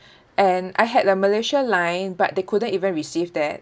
and I had a malaysia line but they couldn't even receive that